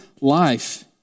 life